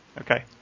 Okay